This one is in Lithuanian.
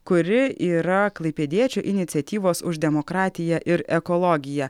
kuri yra klaipėdiečių iniciatyvos už demokratiją ir ekologiją